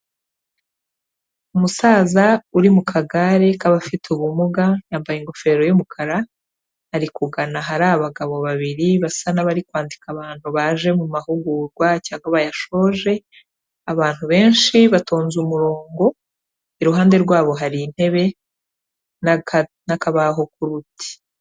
Umusaza uri mu kagare k'abafite ubumuga, yambaye ingofero y'umukara, ari kugana hari abagabo babiri basa n'abari kwandika abantu baje mu mahugurwa cyangwa bayashoje, abantu benshi batonze umurongo, iruhande rwabo hari intebe n'akabaho ku ruti.